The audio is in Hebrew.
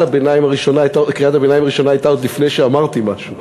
הביניים הראשונה הייתה עוד לפני שאמרתי משהו.